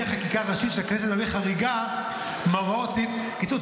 חקיקה ראשית של הכנסת מהווה חריגה מהוראות סעיף 4. בקיצור,